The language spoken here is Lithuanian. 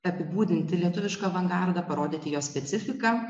apibūdinti lietuvišką avangardą parodyti jo specifiką